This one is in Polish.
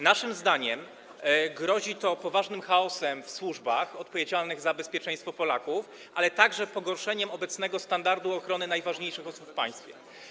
Naszym zdaniem grozi to poważnym chaosem w służbach odpowiedzialnych za bezpieczeństwo Polaków, ale także pogorszeniem obecnego standardu ochrony najważniejszych osób w państwie.